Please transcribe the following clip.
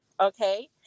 okay